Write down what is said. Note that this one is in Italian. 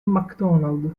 macdonald